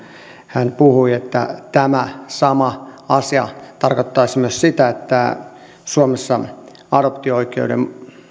hän puhui että tämä sama asia tarkoittaisi myös sitä että suomessa adoptio oikeuden